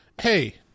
Hey